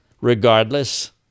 Regardless